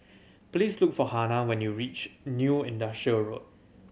please look for Hannah when you reach New Industrial Road